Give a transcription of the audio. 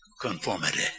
Conformity